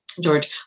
george